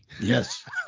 yes